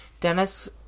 Dennis